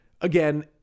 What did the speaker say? Again